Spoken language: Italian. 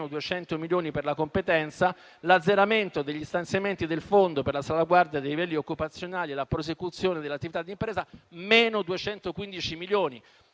(-200 milioni per la competenza), l'azzeramento degli stanziamenti del fondo per la salvaguardia dei livelli occupazionali e la prosecuzione dell'attività di impresa (-215 milioni).